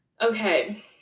Okay